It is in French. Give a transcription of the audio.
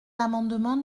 l’amendement